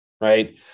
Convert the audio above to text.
right